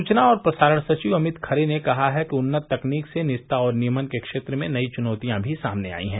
सूचना और प्रसारण सचिव अमित खरे ने कहा है कि उन्नत तकनीक से निजता और नियमन के क्षेत्रों में नई चुनौतियां भी सामने आई हैं